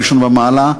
הראשון במעלה,